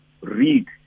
read